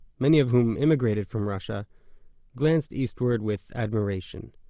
many of whom immigrated from russia glanced eastward with admiration.